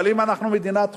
אבל אם אנחנו מדינת חוק,